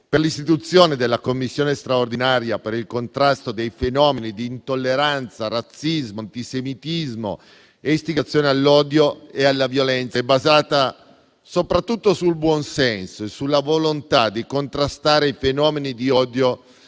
per l'istituzione della Commissione straordinaria per il contrasto dei fenomeni di intolleranza, razzismo, antisemitismo e istigazione all'odio e alla violenza è basata soprattutto sul buonsenso e sulla volontà di contrastare i fenomeni di odio